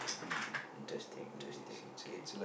mm interesting interesting okay